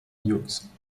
hughes